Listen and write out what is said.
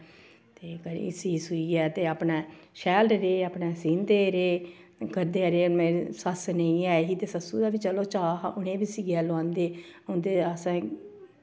ते कन्नै सीऽ सुइयै ते अपने शैल रेह् अपने सीहंदे रेह् करदे रेह् मेरी सस्स नेईं ऐ ते सस्सू दा बी चलो चाऽ हा उ'नें बी सीयै लोआंदे उं'दे असें